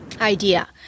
idea